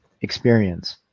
experience